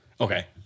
Okay